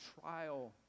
trial